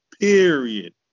Period